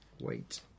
Wait